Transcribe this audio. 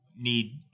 need